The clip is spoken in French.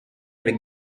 avec